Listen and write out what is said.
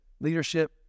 leadership